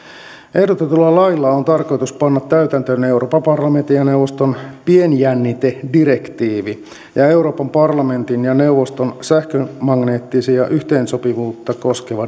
ehdotetulla lailla on tarkoitus panna täytäntöön euroopan parlamentin ja neuvoston pienjännitedirektiivi ja ja euroopan parlamentin ja neuvoston sähkömagneettista yhteensopivuutta koskeva